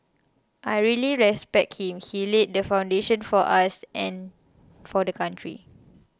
I really respect him he laid the foundation for us and for the country